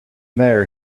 there